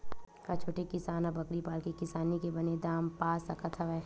का छोटे किसान ह बकरी पाल के किसानी के बने दाम पा सकत हवय?